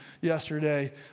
yesterday